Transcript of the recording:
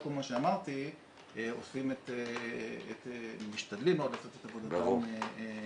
כל מה שאמרתי עושים או משתדלים מאוד לעשות את עבודתם נאמנה.